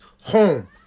home